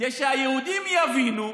כדי שהיהודים יבינו,